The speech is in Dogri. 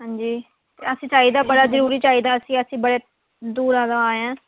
हां जी ते असेंगी चाहिदा ऐ बड़ा जरूरी चाहिदा असी असी बड़ी दूरा दा आए आं